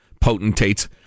potentates